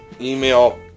Email